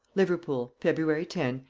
liverpool, february ten,